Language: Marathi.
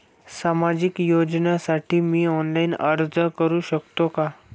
सामाजिक योजनेसाठी मी ऑनलाइन अर्ज करू शकतो का?